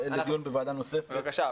בבקשה,